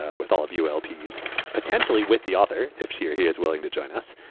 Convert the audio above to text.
ah with all of you lps potentially with the author. if she or he is willing to join us,